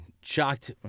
shocked